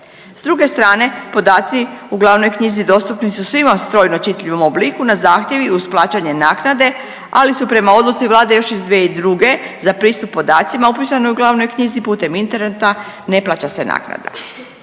S druge strane podaci u glavnoj knjizi dostupni su svima u strojno čitljivom obliku na zahtjev i uz plaćanje naknade, ali su prema odluci Vlade još iz 2002. za pristup podacima upisani u glavnoj knjizi putem interneta i ne plaća se naknada.